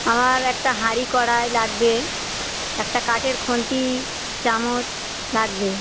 আমার একটা হাঁড়ি কড়াই লাগবে একটা কাঠের খুন্তি চামচ লাগবে